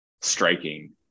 striking